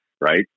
Right